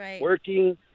working